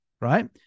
right